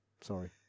Sorry